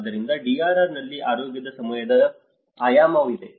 ಆದ್ದರಿಂದ DRR ನಲ್ಲಿ ಆರೋಗ್ಯದ ಸಮಯದ ಆಯಾಮವಿದೆ